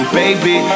baby